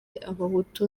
abahutu